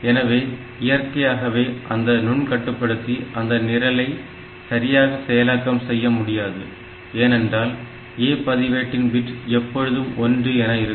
எனவே இயற்கையாகவே அந்த நுண்கட்டுப்படுத்தி அந்த நிரலை சரியாக செயலாக்கம் செய்ய முடியாது ஏனென்றால் A பதிவேட்டின் பிட் எப்பொழுதும் 1 என இருக்கும்